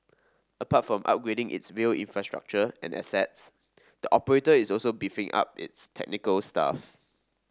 apart from upgrading its rail infrastructure and assets the operator is also beefing up its technical staff